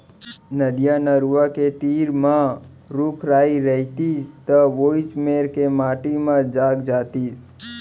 नदिया, नरूवा के तीर म रूख राई रइतिस त वोइच मेर के माटी म जाग जातिस